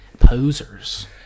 Posers